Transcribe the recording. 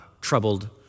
troubled